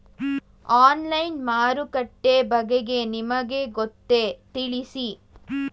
Online ಮಾರುಕಟ್ಟೆ ಬಗೆಗೆ ನಿಮಗೆ ಗೊತ್ತೇ? ತಿಳಿಸಿ?